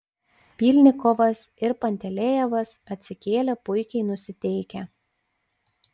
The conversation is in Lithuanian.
pylnikovas ir pantelejevas atsikėlė puikiai nusiteikę